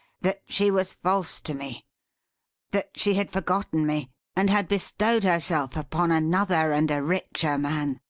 that she was false to me that she had forgotten me and had bestowed herself upon another and a richer man.